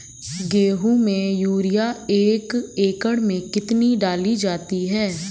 गेहूँ में यूरिया एक एकड़ में कितनी डाली जाती है?